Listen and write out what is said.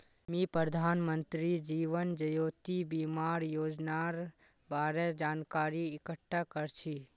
मी प्रधानमंत्री जीवन ज्योति बीमार योजनार बारे जानकारी इकट्ठा कर छी